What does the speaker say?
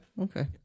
okay